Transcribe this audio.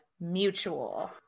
mutual